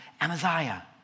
Amaziah